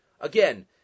Again